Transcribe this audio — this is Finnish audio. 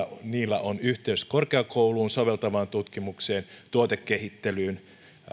niillä on yhteys korkeakoulun soveltavaan tutkimukseen tuotekehittelyyn